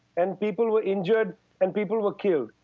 and people were injured and people were killed.